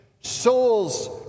souls